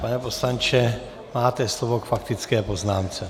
Pane poslanče, máte slovo k faktické poznámce.